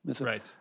right